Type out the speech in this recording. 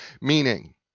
Meaning